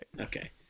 okay